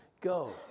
go